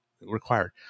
required